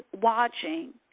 watching